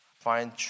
find